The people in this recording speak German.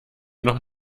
noch